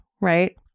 right